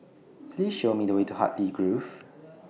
Please Show Me The Way to Hartley Grove